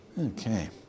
Okay